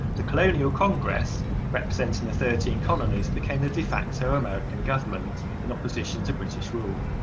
the colonial congress representing the thirteen colonies became the de-facto american government in opposition to british rule.